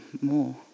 more